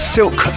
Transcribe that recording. Silk